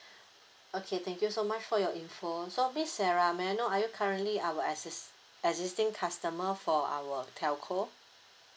okay thank you so much for your info so miss sarah may I know are you currently our exis~ existing customer for our telco